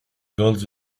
girls